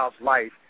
life